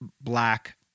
black